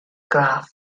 graff